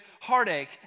heartache